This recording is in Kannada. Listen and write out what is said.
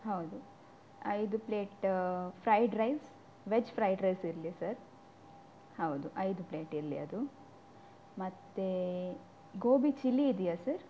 ಹೌದು ಐದು plate fried rice veg fried rice ಇರಲಿ ಸರ್ ಹೌದು ಐದು ಪ್ಲೇಟ್ ಇರಲಿ ಅದು ಮತ್ತು ಗೋಬಿ ಚಿಲ್ಲಿ ಇದೆಯಾ ಸರ್